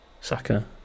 Saka